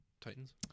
Titans